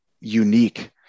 unique